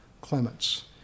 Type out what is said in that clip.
Clements